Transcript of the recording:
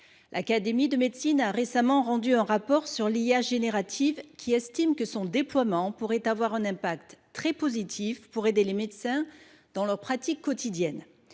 L'Académie de médecine a récemment rendu un rapport sur l'IA générative qui estime que son déploiement pourrait avoir un impact très positif pour aider les médecins dans leurs pratiques quotidiennes.